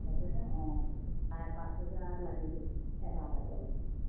বুজি পাইছা নে অঁ চাৰে পাঁচ হেজাৰ লাগিব এটা এটা পোৱালিত